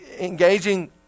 engaging